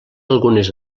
algunes